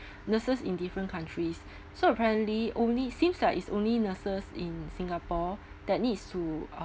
nurses in different countries so apparently only seems like it's only nurses in singapore that needs to